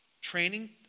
training